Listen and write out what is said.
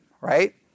Right